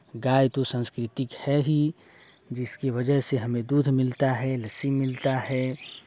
गाय तो सांकृतिक है ही जिसके वजह से हमें दूध मिलता है लस्सी मिलता है